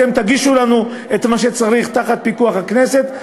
אתם תגישו לנו את מה שצריך להיות תחת פיקוח הכנסת,